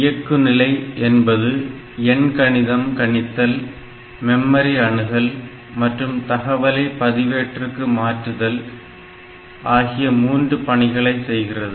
இயக்குநிலை என்பது எண்கணிதம் கணித்தல் மெமரி அணுகல் மற்றும் தகவலை பதிவேட்டிற்கு மாற்றுதல் ஆகிய மூன்று பணிகளை செய்கிறது